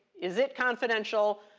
is it confidential?